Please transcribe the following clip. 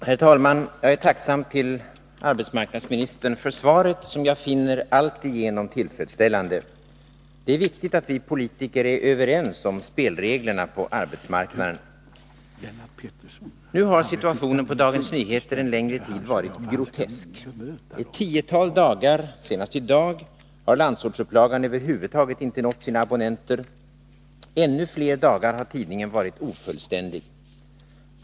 Herr talman! Jag är arbetsmarknadsministern tacksam för svaret, som jag finner alltigenom tillfredsställande. Det är viktigt att vi politiker är överens om spelreglerna på arbetsmarknaden. Nu har situationen på Dagens Nyheter en längre tid varit grotesk. Ett tiotal dagar, senast i dag, har landsortsupplagan över huvud taget inte nått sina abonnenter. Ännu fler dagar har tidningen varit ofullständig.